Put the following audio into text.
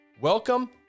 welcome